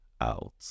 out